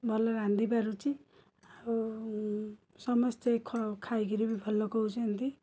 ଭଲ ରାନ୍ଧି ପାରୁଛି ଆଉ ସମସ୍ତେ ଖ ଖାଇକିରି ବି ଭଲ କହୁଛନ୍ତି